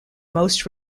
most